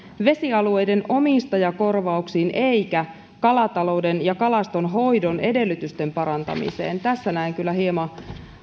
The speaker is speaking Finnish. vesialueiden omistajakorvauksiin eikä kalatalouden ja kalastonhoidon edellytysten parantamiseen tässä näen kyllä hieman